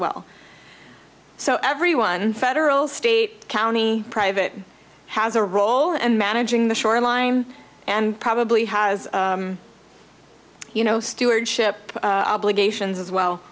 well so everyone federal state county private has a role in managing the shoreline and probably has you know stewardship obligations as well